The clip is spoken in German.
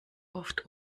oft